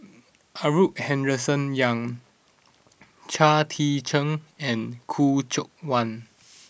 Arthur Henderson Young Chao Tzee Cheng and Khoo Seok Wan